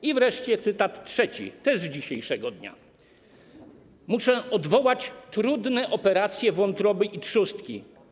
I wreszcie cytat trzeci, też z dzisiejszego dnia: Muszę odwołać trudne operacje wątroby i trzustki.